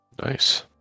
Nice